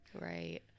Right